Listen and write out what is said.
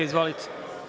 Izvolite.